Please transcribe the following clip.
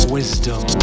Wisdom